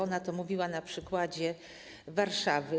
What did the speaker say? Ona to mówiła na przykładzie Warszawy.